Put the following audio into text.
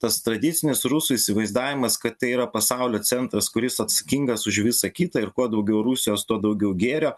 tas tradicinis rusų įsivaizdavimas kad tai yra pasaulio centras kuris atsakingas už visą kitą ir kuo daugiau rusijos tuo daugiau gėrio